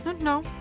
No